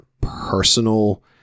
personal